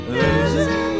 losing